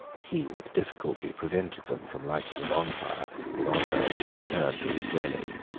he with difficulty prevented them from lighting a bonfire in honour of his return to his dwelling.